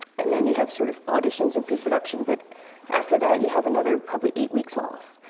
and then you have sort of auditions and pre-production. but after that, you have another probably eight weeks off.